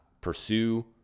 pursue